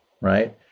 right